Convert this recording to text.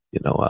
you know,